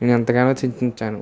నేను ఎంతగానో చింతించాను